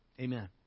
Amen